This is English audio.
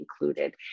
included